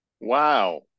Wow